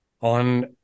on